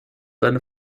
seine